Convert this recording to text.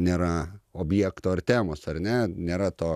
nėra objekto ar temos ar ne nėra to